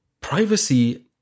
Privacy